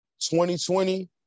2020